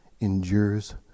endures